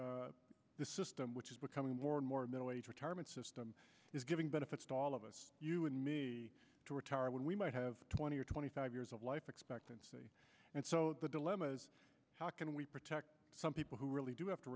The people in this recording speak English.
of the system which is becoming more and more middle aged retirement system is giving benefits to all of you and me to retire when we might have twenty or twenty five years of life expectancy and so the dilemma is how can we protect some people who really do have to